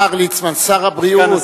השר ליצמן, שר הבריאות.